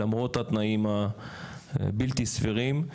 למרות התנאים הבלתי סבירים.